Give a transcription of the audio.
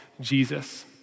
Jesus